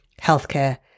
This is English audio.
healthcare